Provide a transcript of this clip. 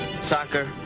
Soccer